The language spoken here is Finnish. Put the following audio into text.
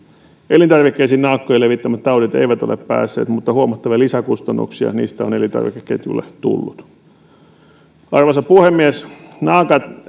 elintarvikkeisiin naakkojen levittämät taudit eivät ole päässeet mutta huomattavia lisäkustannuksia niistä on elintarvikeketjulle tullut arvoisa puhemies naakat